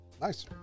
Nice